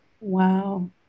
Wow